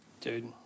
Dude